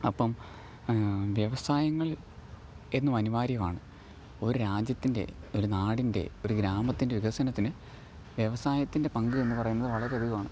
അപ്പം വ്യവസായങ്ങള് എന്നും അനിവാര്യമാണ് ഒരു രാജ്യത്തിന്റെ ഒരു നാടിന്റെ ഒരു ഗ്രാമത്തിന്റെ വികസനത്തിന് വ്യവസായത്തിന്റെ പങ്ക് എന്നു പറയുന്നത് വളരെയധികമാണ്